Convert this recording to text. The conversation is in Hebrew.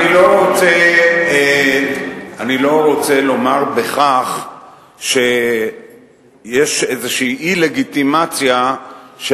אני לא רוצה לומר בכך שיש איזו אי-לגיטימציה של